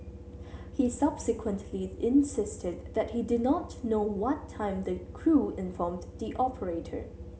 he subsequently insisted that he did not know what time the crew informed the operator